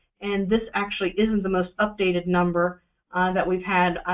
and this actually isn't the most updated number that we've had.